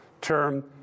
term